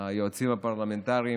היועצים הפרלמנטריים,